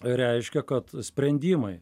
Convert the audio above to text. reiškia kad sprendimai